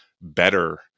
better